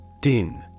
DIN